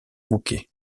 bouquets